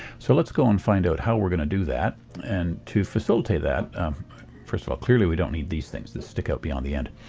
so let's go and find out how we're going to do that and to facilitate that first of all, clearly we don't need these things that stick out beyond the end.